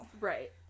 Right